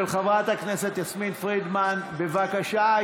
של חברת הכנסת יסמין פרידמן, בבקשה.